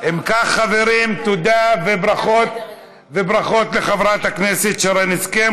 אם כך, חברים, תודה, וברכות לחברת הכנסת שרן השכל.